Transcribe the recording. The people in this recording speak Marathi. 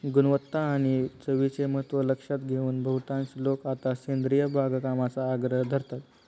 गुणवत्ता आणि चवीचे महत्त्व लक्षात घेऊन बहुतांश लोक आता सेंद्रिय बागकामाचा आग्रह धरतात